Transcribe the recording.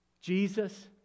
Jesus